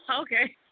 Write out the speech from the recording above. okay